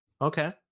okay